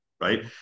right